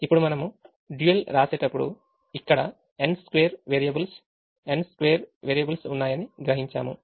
ఇప్పుడు మనం dual రాసేటప్పుడు ఇక్కడ n2 వేరియబుల్స్ n2 వేరియబుల్స్ ఉన్నాయని గ్రహించాము